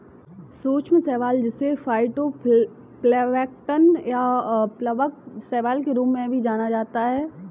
सूक्ष्म शैवाल जिसे फाइटोप्लैंक्टन या प्लवक शैवाल के रूप में भी जाना जाता है